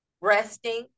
resting